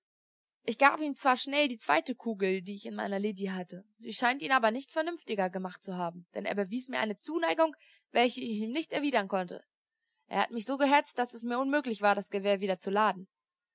ich gab ihm zwar schnell die zweite kugel die ich in meiner liddy hatte sie scheint ihn aber nicht vernünftiger gemacht zu haben denn er bewies mir eine zuneigung welche ich ihm nicht erwidern konnte er hat mich so gehetzt daß es mir unmöglich war das gewehr wieder zu laden